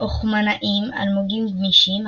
אוכמנאים אלמוגים גמישים,